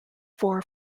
four